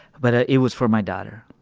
but, ah, it was for my daughter.